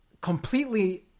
completely